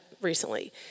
recently